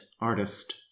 artist